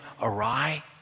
awry